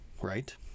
right